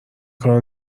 کارو